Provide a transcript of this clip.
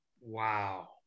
Wow